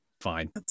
fine